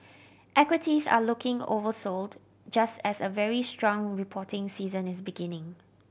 equities are looking oversold just as a very strong reporting season is beginning